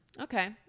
Okay